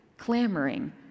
clamoring